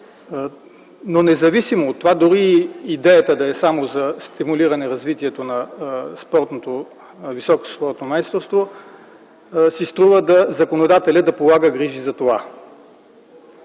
Независимо от това – дори идеята да е само за стимулиране развитието на високото спортно майсторство, си струва законодателят да полага грижи за това.